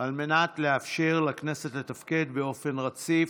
על מנת לאפשר לכנסת לתפקד באופן רציף,